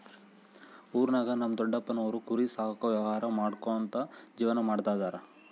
ಊರಿನಾಗ ನಮ್ ದೊಡಪ್ಪನೋರು ಕುರಿ ಸಾಕೋ ವ್ಯವಹಾರ ಮಾಡ್ಕ್ಯಂತ ಜೀವನ ಮಾಡ್ತದರ